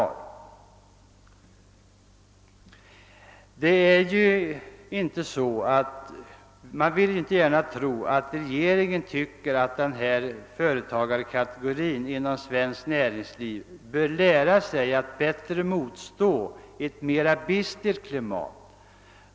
Man vill inte gärna tro att regeringen anser att denna företagarkategori inom svenskt näringsliv bör lära sig att bättre motstå ett mera bistert klimat.